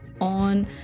on